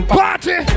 party